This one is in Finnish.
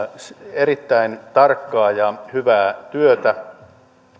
erittäin tarkkaa ja hyvää työtä